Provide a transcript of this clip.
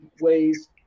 ways